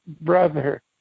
brother